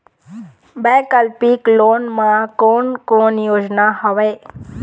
वैकल्पिक लोन मा कोन कोन योजना हवए?